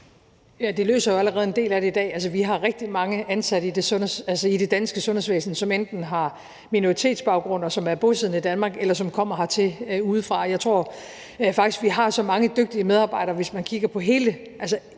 Det løser jo allerede en del af det i dag. Altså, vi har rigtig mange ansatte i det danske sundhedsvæsen, som enten har minoritetsbaggrund, og som er bosiddende i Danmark, eller som kommer hertil udefra. Jeg tror faktisk, at vi har så mange dygtige medarbejdere, hvis man kigger på den samlede